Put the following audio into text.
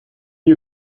you